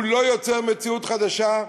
הוא לא יוצר מציאות חדשה.